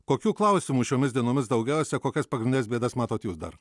kokių klausimų šiomis dienomis daugiausia kokias pagrindines bėdas matote jūs dar